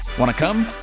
wanna come?